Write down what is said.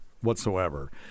whatsoever